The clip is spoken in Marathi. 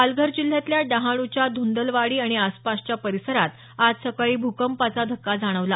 पालघर जिल्ह्यातल्या डहाणू च्या धुंदलवाडी आणि आसपासच्या परिसरात आज सकाळी भूकंपाचा धक्का जाणवला